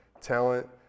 talent